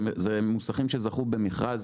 אלה מוסכים שזכו במכרז